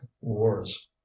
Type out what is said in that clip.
wars